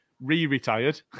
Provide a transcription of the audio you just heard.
re-retired